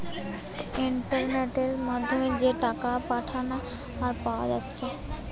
ইন্টারনেটের মাধ্যমে যে টাকা পাঠানা আর পায়া যাচ্ছে